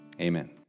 amen